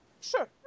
Sure